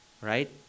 right